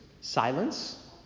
silence